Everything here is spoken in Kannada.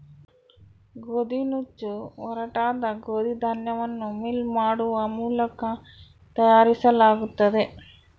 ಗೋದಿನುಚ್ಚು ಒರಟಾದ ಗೋದಿ ಧಾನ್ಯವನ್ನು ಮಿಲ್ ಮಾಡುವ ಮೂಲಕ ತಯಾರಿಸಲಾಗುತ್ತದೆ